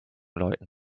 läuten